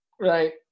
right